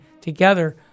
together